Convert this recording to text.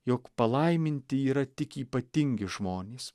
jog palaiminti yra tik ypatingi žmonės